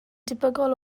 debygol